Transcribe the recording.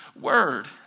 word